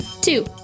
Two